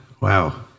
wow